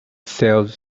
sells